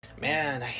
Man